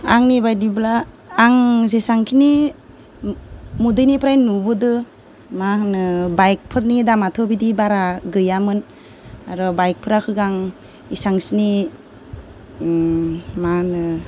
आंनि बायदिब्ला आं जेसेबांखिनि उन्दैनिफ्राय नुबोदों मा होनो बाइकफोरनि दामाथ' बिदि बारा गैयामोन आरो बाइकफ्रा सिगां इसेबांखिनि मा होनो